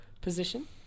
position